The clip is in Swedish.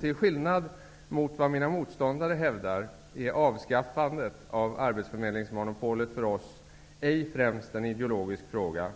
Till skillnad från vad mina motståndare hävdar är avskaffandet av arbetsförmedlingsmonopolet för oss ej främst en ideologisk fråga